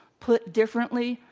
put differently,